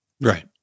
Right